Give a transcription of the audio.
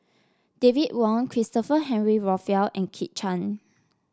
David Wong Christopher Henry Rothwell and Kit Chan